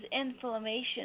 inflammation